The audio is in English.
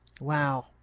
Wow